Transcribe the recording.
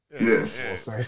Yes